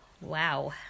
Wow